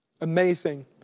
Amazing